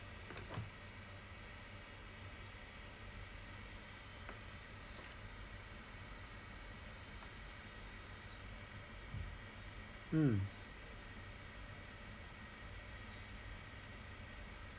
mm